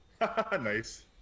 Nice